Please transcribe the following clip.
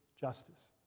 justice